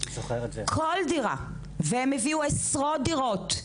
כל דירה, והם הביאו עשרות דירות,